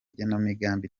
igenamigambi